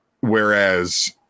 whereas